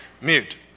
Mute